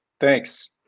Thanks